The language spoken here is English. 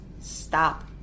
stop